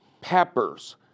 peppers